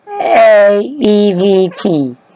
A-E-V-T